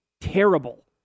terrible